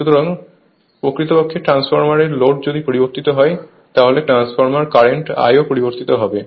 সুতরাং প্রকৃতপক্ষে ট্রান্সফরমার এর লোড যদি পরিবর্তিত হয় তাহলে ট্রান্সফরমার কারেন্ট I ও পরিবর্তিত হবে